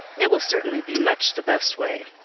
it will certainly be much the best way.